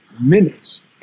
minutes